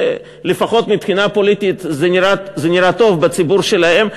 שלפחות מבחינה פוליטית זה נראה טוב בציבור שלהם,